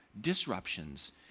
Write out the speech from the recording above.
disruptions